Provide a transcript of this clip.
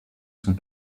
sont